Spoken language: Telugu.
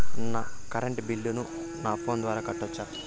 నా కరెంటు బిల్లును నా ఫోను ద్వారా కట్టొచ్చా?